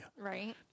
Right